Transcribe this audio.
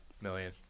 million